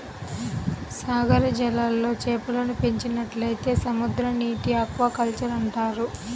సాగర జలాల్లో చేపలను పెంచినట్లయితే సముద్రనీటి ఆక్వాకల్చర్ అంటారు